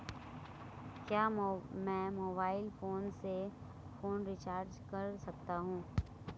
क्या मैं mobile phone से फोन रिचार्ज कर सकता हूं?